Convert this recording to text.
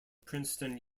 princeton